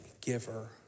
giver